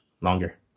longer